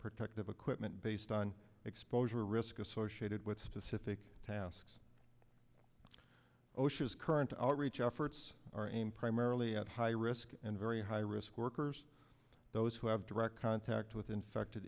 protective equipment based on exposure risk associated with specific tasks osha's current outreach efforts are aimed primarily at high risk and very high risk workers those who have direct contact with infected